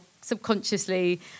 subconsciously